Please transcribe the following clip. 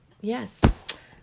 yes